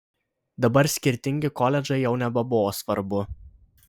dabar skirtingi koledžai jau nebebuvo svarbu